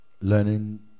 learning